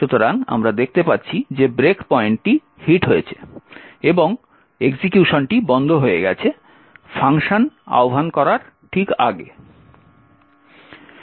সুতরাং আমরা দেখতে পাচ্ছি যে ব্রেক পয়েন্টটি হিট হয়েছে এবং এক্সিকিউশনটি বন্ধ হয়ে গেছে ফাংশন আহ্বান করার ঠিক আগে